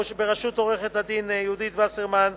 בראשות עורכת-הדין יהודית וסרמן,